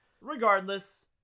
regardless